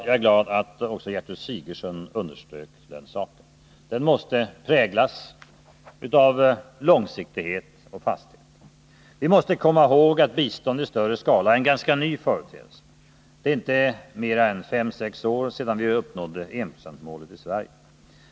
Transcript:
Jag är glad att också Gertrud Sigurdsen underströk den saken. Den måste präglas av långsiktighet och fasthet. Vi måste komma ihåg att bistånd i större skala är en 1970-talsföreteelse. Det är inte mera än 5-6 år sedan vi uppnådde enprocentsmålet i Sverige.